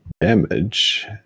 damage